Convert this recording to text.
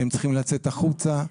הם צריכים לצאת החוצה.